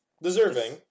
Deserving